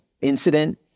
incident